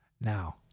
Now